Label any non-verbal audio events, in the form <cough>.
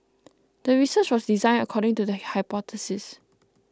<noise> the research was designed according to the hypothesis